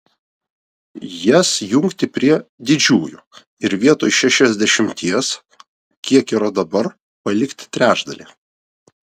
jas jungti prie didžiųjų ir vietoj šešiasdešimties kiek yra dabar palikti trečdalį